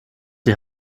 die